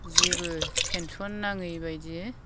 जेबो टेनसन नाङै बायदि